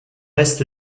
est